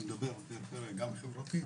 אני מדבר על פריפריה גם חברתית,